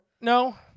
No